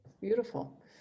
beautiful